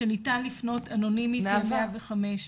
שניתן לפנות אנונימית ל-105.